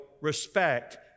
respect